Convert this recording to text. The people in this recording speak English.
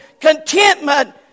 contentment